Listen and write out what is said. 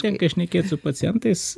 tenka šnekėt su pacientais